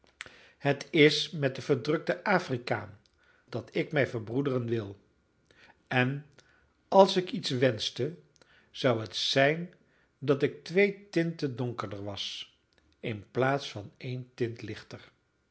het is met den verdrukten afrikaan dat ik mij verbroederen wil en als ik iets wenschte zou het zijn dat ik twee tinten donkerder was in plaats van eene tint lichter